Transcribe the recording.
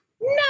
No